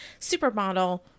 supermodel